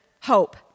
hope